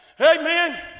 Amen